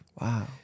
Wow